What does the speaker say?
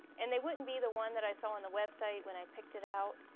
and they wouldn't be the one that i saw on the website when i picked it out,